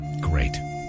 Great